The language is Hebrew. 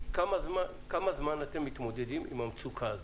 איתי, כמה זמן אתם מתמודדים עם המצוקה הזאת?